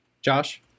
Josh